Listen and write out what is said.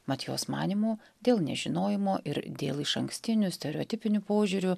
mat jos manymu dėl nežinojimo ir dėl išankstinių stereotipinių požiūrių